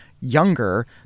younger